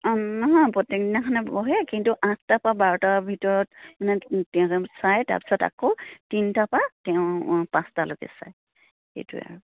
নহয় প্ৰত্যেকদিনাখনেই বহে কিন্তু আঠটাৰ পৰা বাৰটাৰ ভিতৰত মানে তেওঁ তাৰমানে চায় তাৰপিছত আকৌ তিনিটাৰ পৰা তেওঁ পাঁচটালৈকে চায় সেইটোৱে আৰু